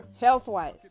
health-wise